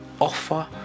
offer